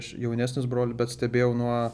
aš jaunesnis brol bet stebėjau nuo